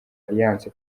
alliance